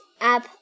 up